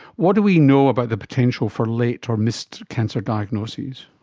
what do we know about the potential for late or missed cancer diagnoses?